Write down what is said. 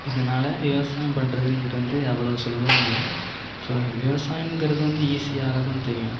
இதனால் விவசாயம் பண்ணுறதுங்குறது வந்து அவ்வளோ சுலபம் அல்ல ஸோ விவசாயங்கிறது வந்து ஈசியாக தான் தெரியும்